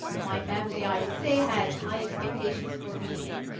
my family, i would say had high expectations for me.